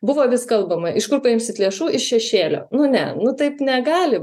buvo vis kalbama iš kur paimsit lėšų iš šešėlio nu ne nu taip negali